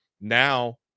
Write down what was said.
Now